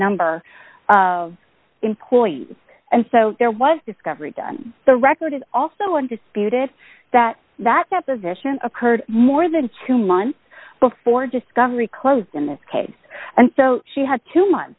number of employees and so there was discovery done the record is also undisputed that that deposition occurred more than two months before discovery closed in this case and so she had two months